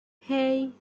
hey